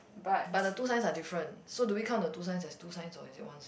but the two signs are different so do we count the two signs as two signs or is it one